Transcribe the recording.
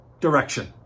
direction